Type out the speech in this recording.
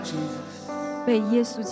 Jesus